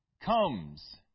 comes